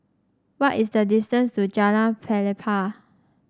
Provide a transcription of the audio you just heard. what is the distance to Jalan Pelepah